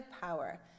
power